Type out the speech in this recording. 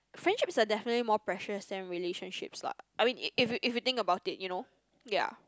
friendships are definitely more precious than relationships lah I mean if you if you think about it you know ya